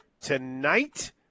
tonight